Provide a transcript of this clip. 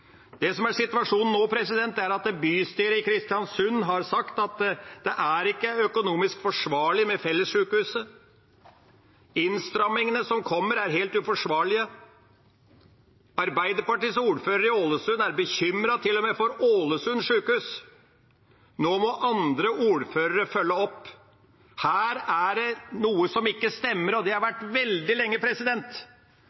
utenfor ordinær praksis. Situasjonen nå er at bystyret i Kristiansund har sagt at det ikke er økonomisk forsvarlig med fellessjukehuset. Innstrammingene som kommer, er helt uforsvarlige. Arbeiderpartiets ordfører i Ålesund er bekymret, til og med for Ålesund sjukehus. Nå må andre ordførere følge opp. Her er det noe som ikke stemmer, og slik har det